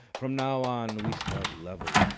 from now on, we start level,